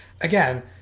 Again